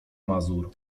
mazur